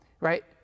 right